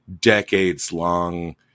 decades-long